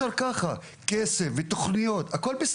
ממצה ומצביע על הנקודות בהן אנחנו צריכים